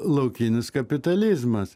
laukinis kapitalizmas